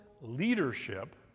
leadership